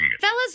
Fellas